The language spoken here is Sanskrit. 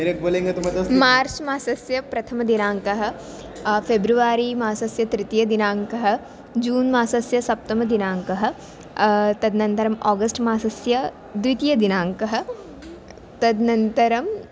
मार्च् मासस्य प्रथमदिनाङ्कः फ़ेब्रवरी मासस्य तृतीयदिनाङ्कः जून् मासस्य सप्तमदिनाङ्कः तदनन्तरं आगस्ट् मासस्य द्वितीयदिनाङ्कः तदनन्तरं